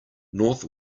north